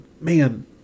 man